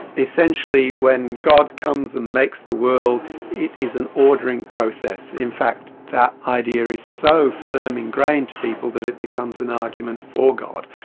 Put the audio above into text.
essentially when god comes and makes the world it is an ordering process, in fact that idea is so firmly engrained in people that it becomes an argument for god,